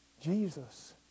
Jesus